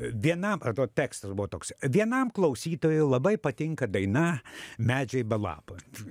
vienam vat to tekstas buvo toks vienam klausytojui labai patinka daina medžiai be lapų t